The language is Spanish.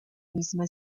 misma